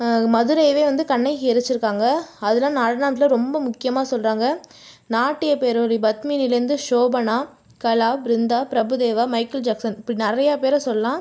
மதுரையவே வந்து கண்ணகி எரித்திருக்காங்க அதெல்லாம் நடனத்தில் ரொம்ப முக்கியமாக சொல்கிறாங்க நாட்டிய பேரொளி பத்மினியில் இருந்து சோபனா கலா பிருந்தா பிரபு தேவா மைக்கேல் ஜாக்சன் இப்படி நிறைய பேரை சொல்லலாம்